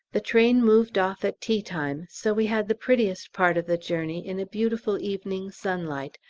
the train moved off at tea-time, so we had the prettiest part of the journey in a beautiful evening sunlight,